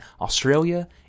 Australia